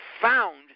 found